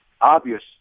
obvious